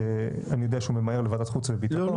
שאני יודע שהוא ממהר לוועדת חוץ וביטחון.